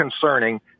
concerning